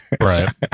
Right